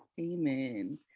amen